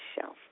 Shelf